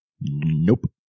Nope